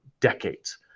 decades